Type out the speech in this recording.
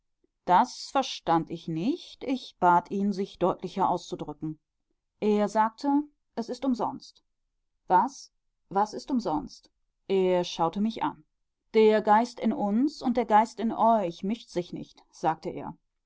das verstand ich nicht ich bat ihn sich deutlicher auszudrücken er sagte es ist umsonst was was ist umsonst er schaute mich an der geist in uns und der geist in euch mischt sich nicht sagte er